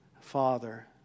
Father